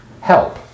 help